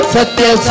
Satya